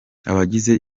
abagize